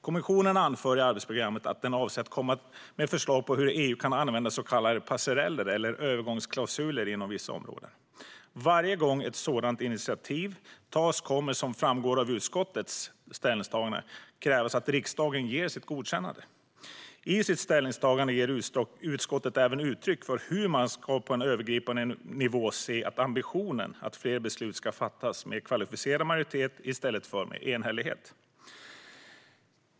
Kommissionen anför i arbetsprogrammet att den avser att komma med förslag på hur EU kan använda så kallade passereller, eller övergångsklausuler, inom vissa områden. Varje gång ett sådant initiativ tas kommer det, som framgår av utskottets ställningstagande, att krävas att riksdagen ger sitt godkännande. I sitt ställningstagande ger utskottet även uttryck för hur man på en övergripande nivå ska se på ambitionen att fler beslut ska fattas med kvalificerad majoritet i stället för med enhällighet.